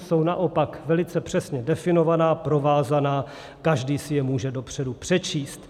Jsou naopak velice přesně definovaná, provázaná, každý si je může dopředu přečíst.